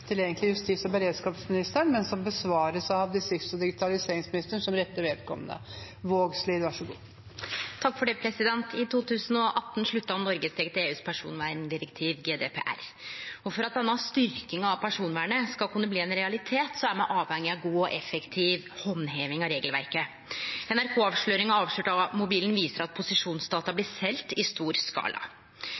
justis- og beredskapsministeren. Spørsmålet besvares av distrikts- og digitaliseringsministeren som rette vedkommende. «I 2018 blei EUs personvernforordning gjennomført i norsk lov. For at denne styrkinga av personvernet skal bli ein realitet er me avhengige av god og effektiv handheving av regelverket. NRK-avsløringa «Avslørt av mobilen», viser at posisjonsdata blir selde i stor skala.